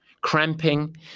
Cramping